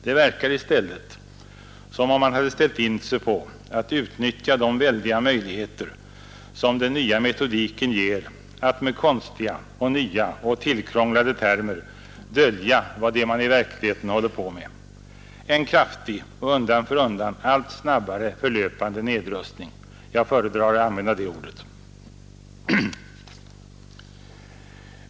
Det verkar i stället som om man inriktar sig på att utnyttja de väldiga möjligheter som den nya metodiken ger att med konstiga och nya och tillkrånglade termer dölja vad det är man i verkligheten är i färd med: en kraftig och undan för undan allt snabbare förlöpande nedrustning — jag föredrar att använda det ordet.